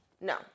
No